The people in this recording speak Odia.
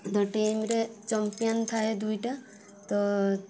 ତ ଟିମ୍ ରେ ଚମ୍ପିୟାନ୍ ଥାଏ ଦୁଇଟା ତ